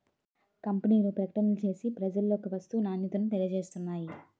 కంపెనీలు ప్రకటనలు చేసి ప్రజలలోకి వస్తువు నాణ్యతను తెలియజేస్తున్నాయి